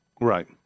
Right